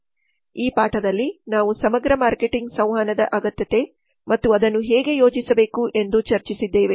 ಈ ಪಾಠದಲ್ಲಿ ನಾವು ಸಮಗ್ರ ಮಾರ್ಕೆಟಿಂಗ್ ಸಂವಹನದ ಅಗತ್ಯತೆ ಮತ್ತು ಅದನ್ನು ಹೇಗೆ ಯೋಜಿಸಬೇಕು ಎಂದು ಚರ್ಚಿಸಿದ್ದೇವೆ